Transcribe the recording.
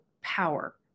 power